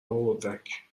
اردک